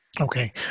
Okay